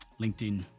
LinkedIn